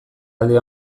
alde